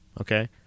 Okay